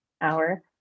hour